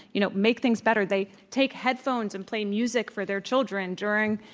you know, make things better. they take headphones and play music for their children during,